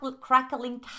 crackling